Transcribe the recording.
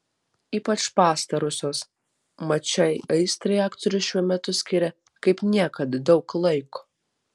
ypač pastarosios mat šiai aistrai aktorius šiuo metu skiria kaip niekad daug laiko